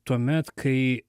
tuomet kai